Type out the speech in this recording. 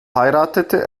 heiratete